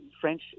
French